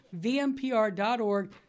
vmpr.org